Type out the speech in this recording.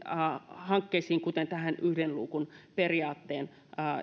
hankkeisiin kuten tähän yhden luukun periaatteeseen